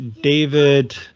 David